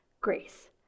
grace